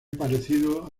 parecido